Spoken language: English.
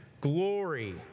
glory